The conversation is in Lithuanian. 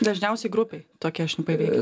dažniausiai grupėj tokie šnipai veikia